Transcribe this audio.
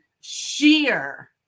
sheer